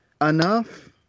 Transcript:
enough